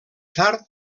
tard